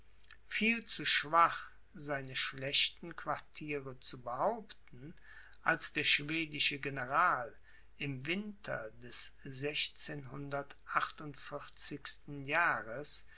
viel zu schwach seine schlechten quartiere zu behaupten als der schwedische general im winter des jahres